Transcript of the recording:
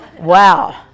Wow